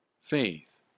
faith